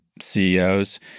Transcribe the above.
CEOs